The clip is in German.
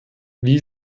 wie